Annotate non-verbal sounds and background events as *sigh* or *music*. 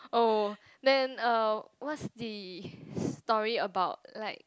oh then uh what's the *breath* story about like